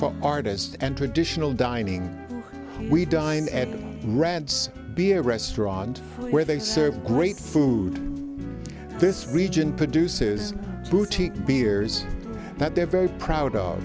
folk artist and traditional dining we dine at the rads beer restaurant where they serve great food this region produces boutique beers that they are very proud of